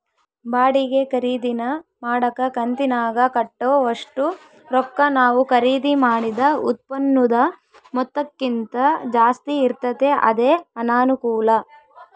ಬಾಡಿಗೆ ಖರೀದಿನ ಮಾಡಕ ಕಂತಿನಾಗ ಕಟ್ಟೋ ಒಷ್ಟು ರೊಕ್ಕ ನಾವು ಖರೀದಿ ಮಾಡಿದ ಉತ್ಪನ್ನುದ ಮೊತ್ತಕ್ಕಿಂತ ಜಾಸ್ತಿ ಇರ್ತತೆ ಅದೇ ಅನಾನುಕೂಲ